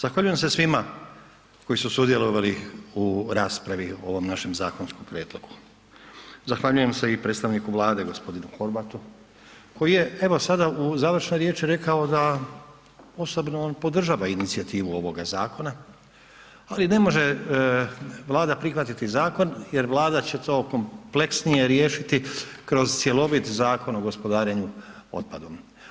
Zahvaljujem se svima koji su sudjelovali u raspravi o ovom našem zakonskom prijedlogu, zahvaljujem se i predstavniku Vlade g. Horvatu koji je evo sada u završnoj riječi rekao da osobno on podržava inicijativu ovoga zakona ali ne može Vlada prihvatiti zakon jer Vlada će to kompleksnije riješiti kroz cjelovit Zakon o gospodarenju otpadom.